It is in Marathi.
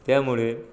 त्यामुळे